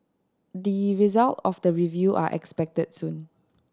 the result of the review are expected soon